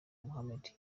mohammed